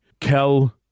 Kel